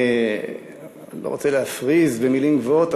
אני לא רוצה להפריז במילים גבוהות,